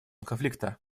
конфликта